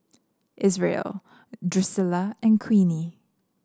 Isreal Drucilla and Queenie